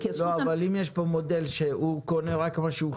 אם במודל שהוא קונה רק מה שהוא חייב,